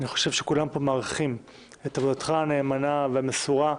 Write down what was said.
אני חושב שכולם פה מעריכים את עבודתך הנאמנה והמסורה,